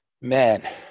Man